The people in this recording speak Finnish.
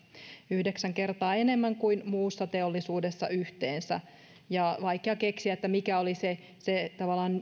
yhdeksän kertaa enemmän kuin muussa teollisuudessa yhteensä ja on vaikea keksiä mikä olisi tavallaan se